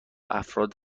افراد